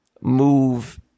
move